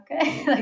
okay